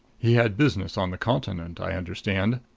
he had business on the continent, i understand.